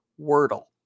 wordle